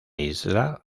isla